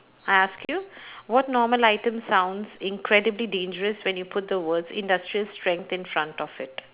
I ask you what normal items sounds incredibly dangerous when you put the words industrial strength in front of it